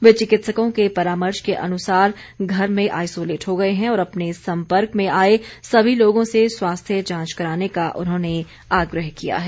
वे चिकित्सकों के परामर्श के अनुसार घर में आइसोलेट हो गए हैं और अपने सम्पर्क में आए सभी लोगों से स्वास्थ्य जांच कराने का उन्होंने आग्रह किया है